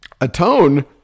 Atone